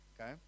okay